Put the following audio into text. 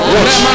Watch